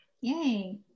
Yay